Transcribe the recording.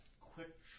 Quick